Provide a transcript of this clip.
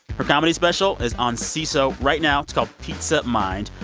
her comedy special is on seeso right now. it's called pizza mind.